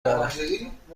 دارد